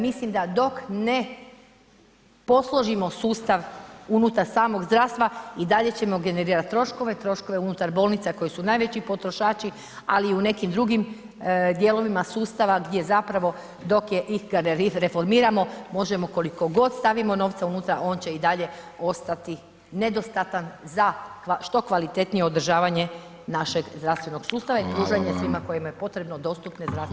Mislim da dok ne posložimo sustav unutar samog zdravstva, i dalje ćemo generirati troškove, troškove unutar bolnica koji su najveći potrošači, ali i u nekim drugim dijelovima sustava gdje zapravo, dok ih ne reformiramo, možemo koliko god stavimo novca unutra, on će i dalje ostati nedostatan za što kvalitetnije održavanje našeg zdravstvenog sustava [[Upadica: Hvala.]] i pružanje svima kojima je potrebno dostupne zdravstvene skrbi.